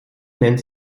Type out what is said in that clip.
nennt